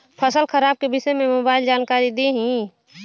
फसल खराब के विषय में मोबाइल जानकारी देही